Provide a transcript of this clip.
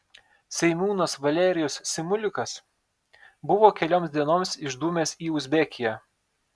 seimūnas valerijus simulikas buvo kelioms dienoms išdūmęs į uzbekiją